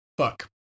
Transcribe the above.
fuck